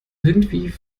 irgendwie